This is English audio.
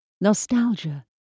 Nostalgia